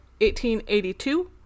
1882